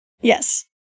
Yes